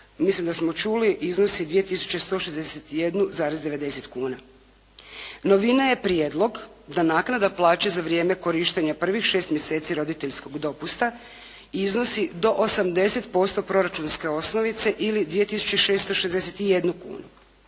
Mislim da smo čuli iznosi 2161,90 kuna. Novina je prijedlog, da naknada plaće za vrijeme korištenja prvih 6 mjeseci roditeljskog dopusta iznosi do 80% proračunske osnovice ili 2661 kunu.